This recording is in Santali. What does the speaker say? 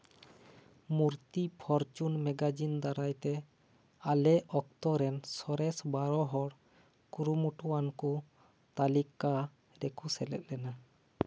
ᱢᱩᱨᱛᱤ ᱯᱷᱚᱨᱪᱩᱱ ᱢᱮᱜᱟᱡᱤᱱ ᱫᱟᱨᱟᱭ ᱛᱮ ᱟᱞᱮ ᱚᱠᱛᱚ ᱨᱮᱱ ᱥᱚᱨᱮᱥ ᱵᱟᱨᱚ ᱦᱚᱲ ᱠᱩᱨᱩᱢᱩᱴᱩᱣᱟᱱ ᱠᱚ ᱛᱟᱹᱞᱤᱠᱟ ᱨᱮᱠᱚ ᱥᱮᱞᱮᱫ ᱞᱮᱱᱟ